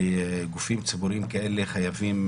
שגופים ציבוריים כאלה חייבים